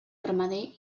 ramader